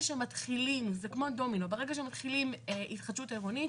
זה כמו דומינו, ברגע שמתחילים התחדשות עירונית